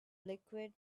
liquid